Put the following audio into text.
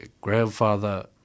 grandfather